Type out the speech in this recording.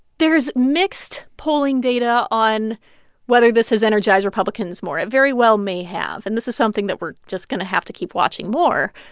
there's mixed polling data on whether this has energized republicans more. it very well may have. and this is something that we're just going to have to keep watching more.